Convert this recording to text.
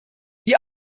wie